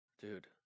Dude